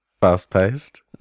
fast-paced